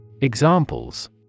Examples